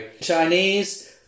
Chinese